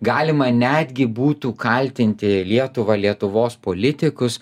galima netgi būtų kaltinti lietuvą lietuvos politikus